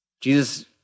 Jesus